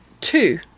two